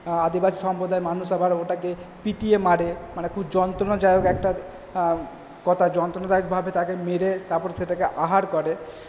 আদিবাসী সম্প্রদায়ের মানুষ আবার ওটাকে পিটিয়ে মারে মানে খুব যন্ত্রণাদায়ক একটা কথা যন্ত্রণাদায়কভাবে তাদের মেরে তারপরে সেটাকে আহার করে